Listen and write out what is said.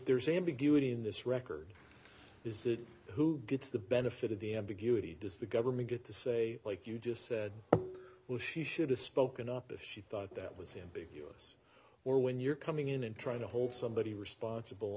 there's ambiguity in this record is it who gets the benefit of the ambiguity does the government get to say like you just said well she should have spoken up if she thought that was in big us or when you're coming in and trying to hold somebody responsible